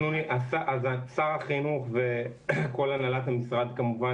שר החינוך וכל הנהלת המשרד כמובן,